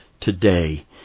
today